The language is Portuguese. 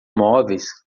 móveis